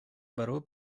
беру